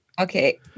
Okay